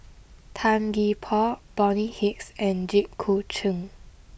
Tan Gee Paw Bonny Hicks and Jit Koon Ch'ng